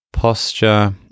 Posture